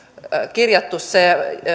kirjattu se